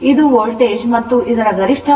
ಇದು ವೋಲ್ಟೇಜ್ ಮತ್ತು ಇದರ ಗರಿಷ್ಠ ಮೌಲ್ಯ R Im ಆಗಿದೆ